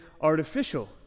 artificial